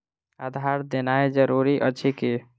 आधार देनाय जरूरी अछि की?